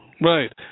Right